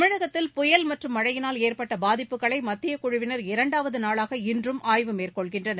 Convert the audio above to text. தமிழகத்தில் புயல் மற்றும் மழையினால் ஏற்பட்ட பாதிப்புகளை மத்தியக் குழுவினர் இரண்டாவது நாளாக இன்றும் ஆய்வு மேற்கொள்கின்றனர்